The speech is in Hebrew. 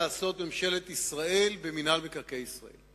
שממשלת ישראל רוצה לעשות במינהל מקרקעי ישראל.